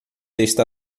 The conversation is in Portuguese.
está